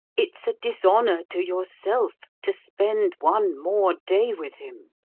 it's a dishonour to yourself to spend one more day with him.